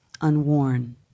unworn